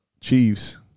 Chiefs